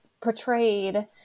portrayed